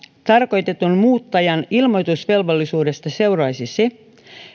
tarkoitetun muuttajan ilmoitusvelvollisuudesta seuraisi se